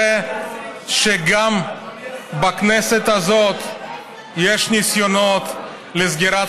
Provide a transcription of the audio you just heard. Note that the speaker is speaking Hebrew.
אבל כנראה גם בכנסת הזאת יש ניסיונות לסגירת